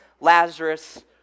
Lazarus